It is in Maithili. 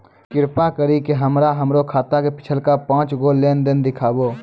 कृपा करि के हमरा हमरो खाता के पिछलका पांच गो लेन देन देखाबो